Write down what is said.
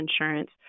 insurance